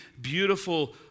beautiful